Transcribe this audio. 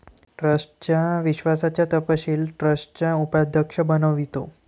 ट्रस्टच्या विश्वासाचा तपशील ट्रस्टचा कोषाध्यक्ष बनवितो